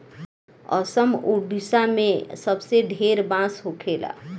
असम, ओडिसा मे सबसे ढेर बांस होखेला